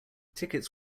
tickets